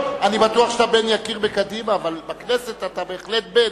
אני בטוח שאתה בן יקיר בקדימה אבל בכנסת אתה בהחלט בן,